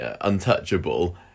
untouchable